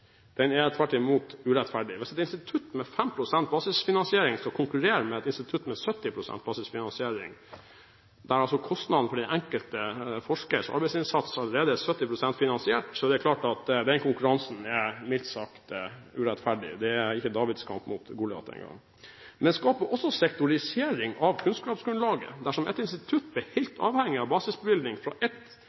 den er tvert imot urettferdig. Hvis et institutt med 5 pst. basisfinansiering skal konkurrere med et institutt med 70 pst. basisfinansiering, hvor kostnaden for den enkelte forskers arbeidsinnsats allerede er 70 pst. finansiert, er det klart at den konkurransen er mildt sagt urettferdig. Det er ikke Davids kamp mot Goliat engang. Dette skaper også sektorisering av kunnskapsgrunnlaget. Dersom et institutt blir helt avhengig av basisbevilgning fra ett